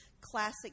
classic